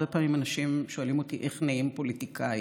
הרבה פעמים אנשים שואלים אותי איך נהיים פוליטיקאי,